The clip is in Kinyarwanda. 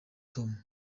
tom